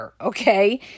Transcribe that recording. okay